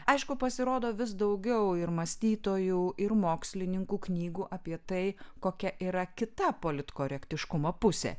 aišku pasirodo vis daugiau ir mąstytojų ir mokslininkų knygų apie tai kokia yra kita politkorektiškumo pusė